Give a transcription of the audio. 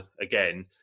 again